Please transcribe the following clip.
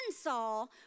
Saul